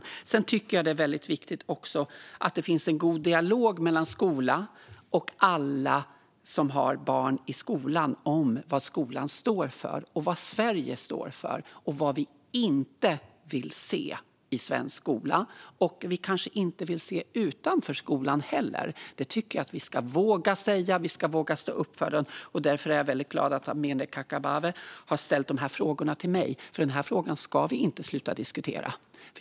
Jag tycker också att det är väldigt viktigt att det finns en god dialog mellan skolan och alla som har barn i skolan om vad skolan står för, vad Sverige står för, vad vi inte vill se i svensk skola och vad vi kanske heller inte vill se utanför skolan. Det tycker jag att vi ska våga säga och stå upp för. Jag är därför väldigt glad över att Amineh Kakabaveh har ställt dessa frågor till mig, för dem ska vi inte sluta diskutera.